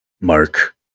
Mark